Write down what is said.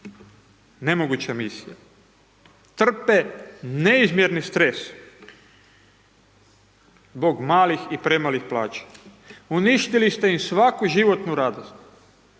Nemoguća misija. Trpe neizmjerni stres, zbog malih i premalih plaća. Uništili ste im svaku životnu radost.